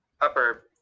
upper